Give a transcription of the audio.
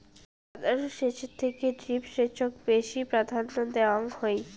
সাধারণ সেচের থেকে ড্রিপ সেচক বেশি প্রাধান্য দেওয়াং হই